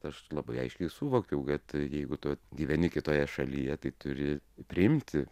aš labai aiškiai suvokiau kad jeigu tu vat gyveni kitoje šalyje tai turi priimti